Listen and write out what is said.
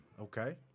Okay